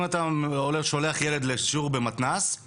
אם אתה שולח ילד לשיעור במתנ"ס,